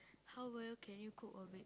how well can you cook or bake